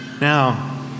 Now